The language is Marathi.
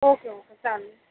ओके ओके चालेल